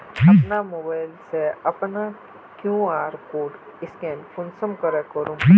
अपना मोबाईल से अपना कियु.आर कोड स्कैन कुंसम करे करूम?